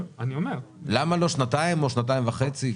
למה לא שנתיים או שנתיים וחצי?